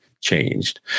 changed